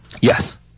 Yes